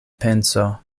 penso